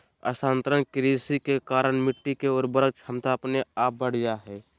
स्थानांतरण कृषि के कारण मिट्टी के उर्वरक क्षमता अपने आप बढ़ जा हय